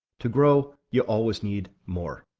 to grow, you always need more.